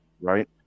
right